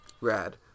Rad